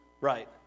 Right